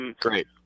great